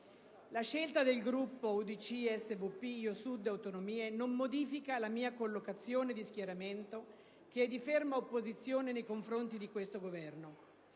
La scelta del Gruppo UDC, SVP, Io Sud e Autonomie non modifica la mia collocazione di schieramento, che è di ferma opposizione nei confronti di questo Governo,